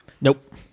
Nope